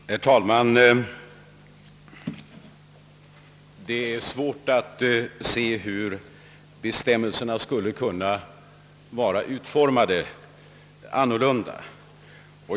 Herr talman! Det är svårt att se hur bestämmelserna skulle kunna vara utformade annorlunda.